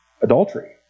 adultery